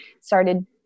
started